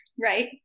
right